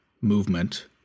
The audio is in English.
movement